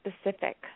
specific